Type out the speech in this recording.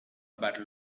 battle